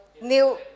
new